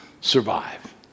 survive